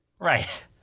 Right